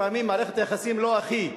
לפעמים מערכת היחסים לא הכי,